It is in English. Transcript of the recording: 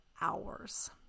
hours